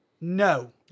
No